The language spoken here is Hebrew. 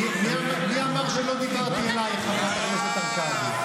מי אמר שלא דיברתי אלייך, חברת הכנסת הרכבי.